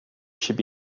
should